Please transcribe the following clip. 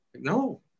no